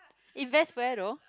invest where though